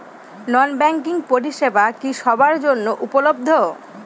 নন banking পরিষেবা কি সবার জন্য উপলব্ধ?